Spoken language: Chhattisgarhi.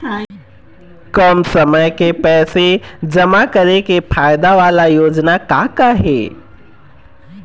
कम समय के पैसे जमा करे के फायदा वाला योजना का का हे?